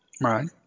Right